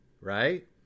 right